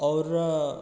आओर